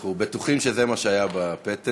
אנחנו בטוחים שזה מה שהיה בפתק.